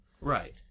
Right